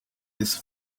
his